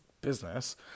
business